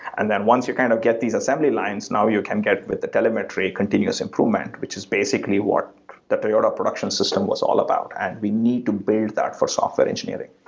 and then once you kind of get these assembly lines, now you can get with the telemetry continuous improvement which is basically what the toyota production system was all about, and we need to build that for software engineering.